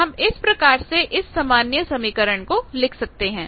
हम इस प्रकार से इस सामान्य समीकरण को लिख सकते हैं